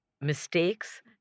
mistakes